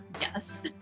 yes